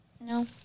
No